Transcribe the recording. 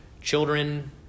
children